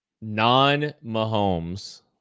non-Mahomes